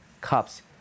Cups